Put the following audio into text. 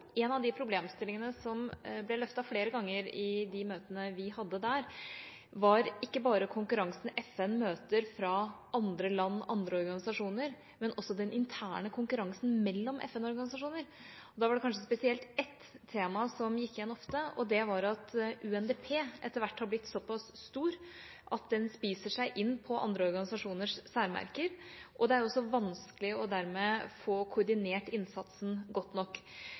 Av de problemstillingene som ble løftet flere ganger i møtene vi hadde der, var ikke bare konkurransen FN møter fra andre land og andre organisasjoner, men også den interne konkurransen mellom FN-organisasjoner. Det var spesielt ett tema som gikk igjen ofte, og det var at UNDP etter hvert har blitt såpass stor at den spiser seg inn på andre organisasjoners særmerker. Dermed er det også vanskelig å få koordinert innsatsen godt nok.